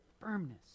firmness